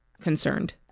concerned